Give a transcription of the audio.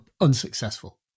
unsuccessful